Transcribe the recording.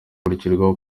hakurikiraho